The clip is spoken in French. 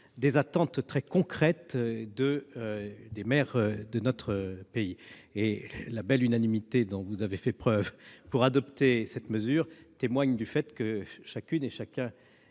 des attentes très concrètes des maires de notre pays. La belle unanimité dont vous avez fait preuve pour adopter cette mesure, mes chers collègues, témoigne du fait que chacune et chacun